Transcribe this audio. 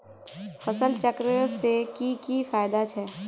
फसल चक्र से की की फायदा छे?